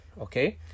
okay